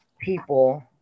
people